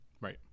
Right